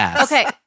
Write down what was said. Okay